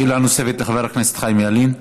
שאלה נוספת לחבר הכנסת חיים ילין.